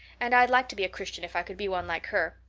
and i'd like to be a christian if i could be one like her.